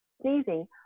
Sneezing